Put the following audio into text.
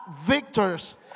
victors